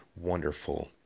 wonderful